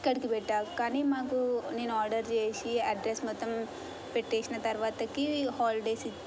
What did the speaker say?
ఇక్కడికి పెట్టా కానీ మాకు నేను ఆర్డర్ చేసి అడ్రస్ మొత్తం పెట్టేసిన తర్వాతకి హాలిడేస్